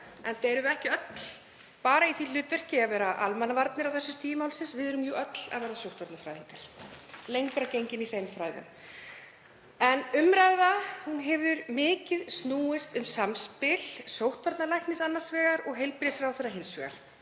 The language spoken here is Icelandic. enda erum við ekki öll bara í því hlutverki að vera almannavarnir á þessu stigi málsins, við erum jú öll að verða sóttvarnafræðingar, lengra gengin í þeim fræðum. Umræðan hefur mikið snúist um samspil sóttvarnalæknis annars vegar og heilbrigðisráðherra hins vegar.